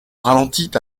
ralentit